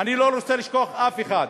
אני לא רוצה לשכוח אף אחד,